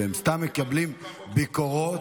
הם סתם מקבלים ביקורות,